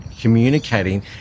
communicating